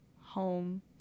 home